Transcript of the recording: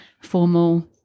formal